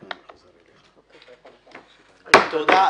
תודה.